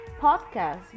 podcast